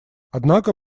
однако